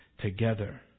together